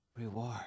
reward